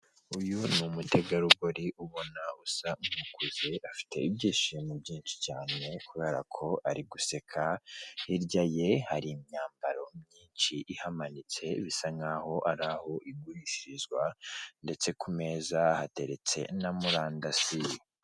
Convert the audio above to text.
Uyu ni umutegarugori ubona usa nukuze afite ibyishimo byinshi cyane kubera ko ari guseka, hirya ye hari imyambaro myinshi ihamanitse bisa nkaho araho igurishirizwa ndetse ku meza hateretse na murandasi.